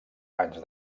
anys